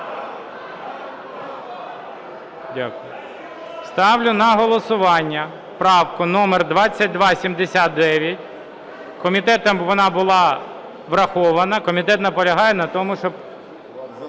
Ставлю на голосування правку номер 2279. Комітетом вона була врахована, комітет наполягає на тому… Була